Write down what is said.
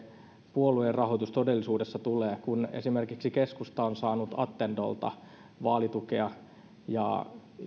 puoluerahoitus todellisuudessa tulee kun esimerkiksi keskusta on saanut attendolta vaalitukea ja